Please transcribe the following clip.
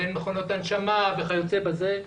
ואין מכונות הנשמה וכיוצא בזה,